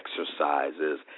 exercises